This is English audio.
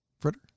Fritter